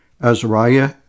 Azariah